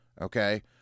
Okay